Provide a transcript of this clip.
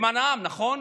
למען העם, נכון?